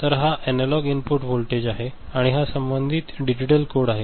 तर हा analogue input voltage आहे आणि हा संबंधित डिजिटल कोड आहे